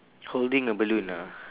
holding a balloon ah